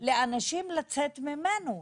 לאנשים לצאת ממנו.